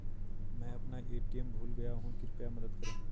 मैं अपना ए.टी.एम भूल गया हूँ, कृपया मदद करें